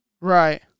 Right